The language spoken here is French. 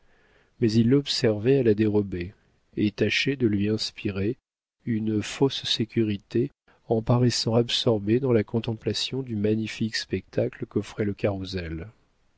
mais il l'observait à la dérobée et tâchait de lui inspirer une fausse sécurité en paraissant absorbé dans la contemplation du magnifique spectacle qu'offrait le carrousel